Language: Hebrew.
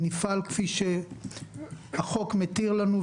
נפעל כפי שהחוק מתיר לנו,